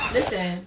Listen